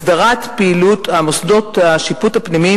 הסדרת פעילות מוסדות השיפוט הפנימיים,